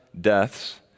deaths